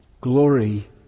glory